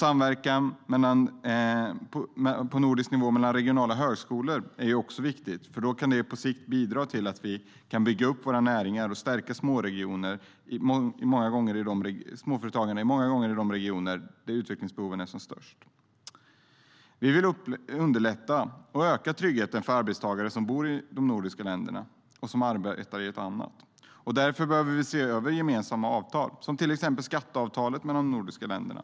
Samverkan på nordisk nivå mellan regionala högskolor är också viktigt, för det kan på sikt bidra till att vi kan bygga upp våra näringar och stärka småregioner, många gånger de regioner där utvecklingsbehoven är som störst. Vi vill underlätta och öka tryggheten för arbetstagare som bor i ett nordiskt land och arbetar i ett annat. Därför behöver vi se över gemensamma avtal, till exempel skatteavtalet mellan de nordiska länderna.